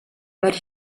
but